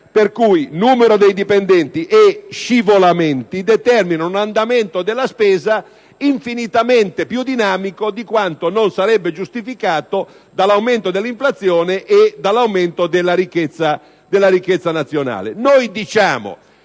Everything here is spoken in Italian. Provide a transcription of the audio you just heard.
Pertanto, numero dei dipendenti e "scivolamenti" determinano un andamento della spesa infinitamente più dinamico di quanto non sarebbe giustificato dall'aumento dell'inflazione e dall'aumento della ricchezza nazionale.